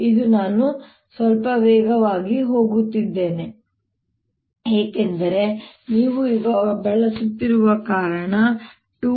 ಇದು ನಾನು ಸ್ವಲ್ಪ ವೇಗವಾಗಿ ಹೋಗುತ್ತಿದ್ದೇನೆ ಏಕೆಂದರೆ ನೀವು ಈಗ ಬಳಸುತ್ತಿರುವ ಕಾರಣ 2